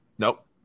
Nope